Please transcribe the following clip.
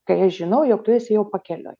kai aš žinau jog tu esi jau pakeliui